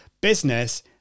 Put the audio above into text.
business